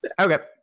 Okay